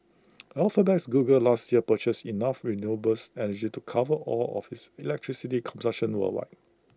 Alphabet's Google last year purchased enough renewable energy to cover all of its electricity worldwide